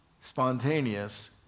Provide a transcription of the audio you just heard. spontaneous